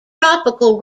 tropical